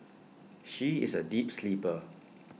she is A deep sleeper